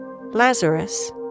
Lazarus